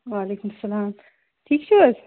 وعلیکم السلام ٹھیٖک چھُوحظ